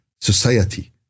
society